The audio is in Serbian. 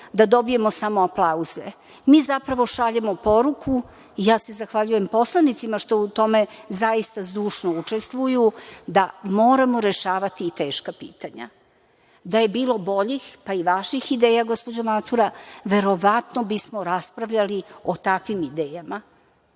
da dobijemo samo aplauze. Mi zapravo šaljemo poruku, i ja se zahvaljujem poslanicima što u tome zaista zdušno učestvuju, da moramo rešavati i teška pitanja. Da je bilo boljih, pa i vaših ideja, gospođo Macura, verovatno bismo raspravljali o takvim idejama. Ovo